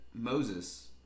Moses